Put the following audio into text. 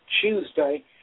Tuesday